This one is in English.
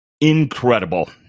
incredible